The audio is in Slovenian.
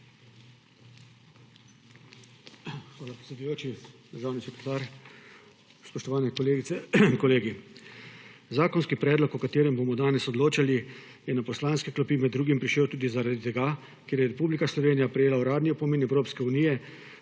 Hvala predsedujoči, državni sekretar, spoštovane kolegice, kolegi! Zakonski predlog, o katerem bomo danes odločali, je na poslanske klopi med drugim prišel tudi zaradi tega, ker je Republika Slovenija prejela uradni opomin Evropske unije